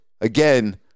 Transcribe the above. again